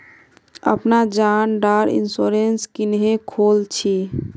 अपना जान डार इंश्योरेंस क्नेहे खोल छी?